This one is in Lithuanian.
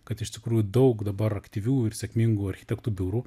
kad iš tikrųjų daug dabar aktyvių ir sėkmingų architektų biurų